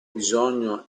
bisogno